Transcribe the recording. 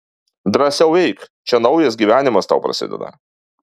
drąsiau eik čia naujas gyvenimas tau prasideda